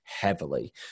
heavily